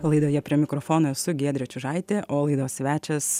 laidoje prie mikrofono esu giedrė čiužaitė o laidos svečias